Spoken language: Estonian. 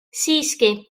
siiski